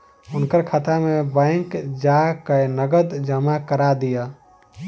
हुनकर खाता में बैंक जा कय नकद जमा करा दिअ